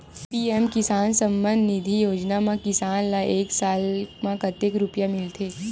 PM किसान सम्मान निधी योजना म किसान ल एक साल म कतेक रुपिया मिलथे?